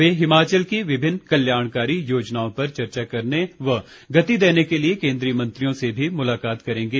वे हिमाचल की विभिन्न कल्याणकारी योजनाओं पर चर्चा करने व गति देने के लिये कोन्द्रीय मंत्रियों से भी मुलाकात करेंगे